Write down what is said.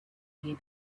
year